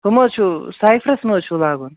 ہُہ مَہ حظ چھُو سَیفٕرَس مَہ حظ چھُو لاگُن